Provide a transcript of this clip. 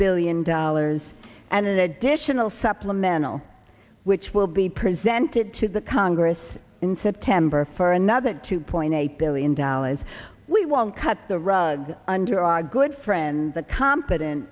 billion dollars and an additional supplemental which will be presented to the congress in september for another two point eight billion dollars we won't cut the rug under our good friend the co